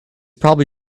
probably